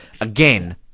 again